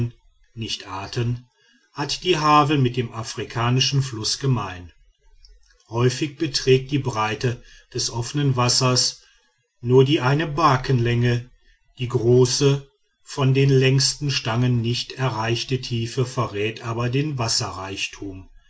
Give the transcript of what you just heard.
nicht arten hat die havel mit dem afrikanischen fluß gemein häufig beträgt die breite des offenen wassers nur die einer barkenlänge die große von den längsten stangen nicht erreichte tiefe verrät aber den wasserreichtum